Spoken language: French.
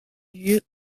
lieu